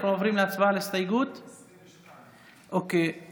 אנחנו עוברים להצבעה על הסתייגות, 22. אוקיי.